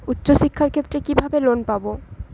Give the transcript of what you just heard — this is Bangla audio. উচ্চশিক্ষার ক্ষেত্রে কিভাবে লোন পাব?